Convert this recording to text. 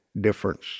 difference